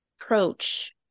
approach